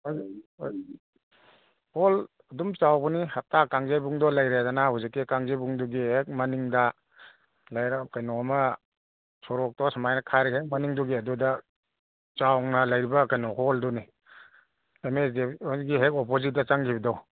hall ꯑꯗꯨꯝ ꯆꯥꯎꯕꯅꯤ ꯍꯥꯞꯇꯥ ꯀꯥꯡꯖꯩꯕꯨꯡꯗꯣ ꯂꯩꯔꯦꯗꯅ ꯍꯧꯖꯤꯛꯀꯤ ꯀꯥꯡꯖꯩꯕꯨꯡꯗꯨꯒꯤ ꯍꯦꯛ ꯃꯅꯤꯡꯗ ꯂꯩꯔꯛ ꯀꯩꯅꯣꯝꯃ ꯁꯣꯔꯣꯛꯇꯣ ꯁꯨꯃꯥꯏ ꯈꯥꯏꯔ ꯍꯦꯛ ꯃꯅꯤꯡꯗꯨꯒꯤ ꯑꯗꯨꯗ ꯆꯥꯎꯅ ꯂꯩꯔꯤꯕ ꯀꯩꯅꯣ ꯍꯣꯜꯗꯨꯅꯤ ꯑꯦꯝ ꯑꯦꯁ ꯗꯤ ꯑꯦꯐ ꯍꯣꯏꯒꯤ ꯍꯦꯛ ꯑꯣꯄꯣꯖꯤꯠꯇ ꯆꯪꯒꯤꯕꯗꯣ